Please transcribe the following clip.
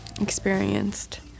experienced